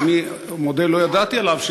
שאני מודה שלא ידעתי עליו,